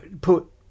put